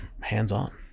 hands-on